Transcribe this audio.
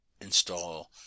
install